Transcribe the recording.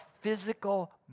physical